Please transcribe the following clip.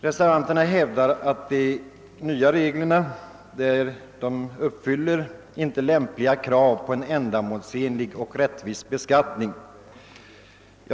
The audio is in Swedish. Reservanterna hävdar att de nya reglerna inte uppfyller lämpliga krav på ändamålsenlig och rättvis beskattning.